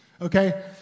Okay